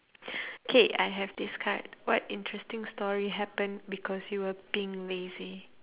K I have this card what interesting story happened because you were being lazy